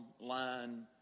line